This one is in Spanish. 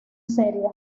serie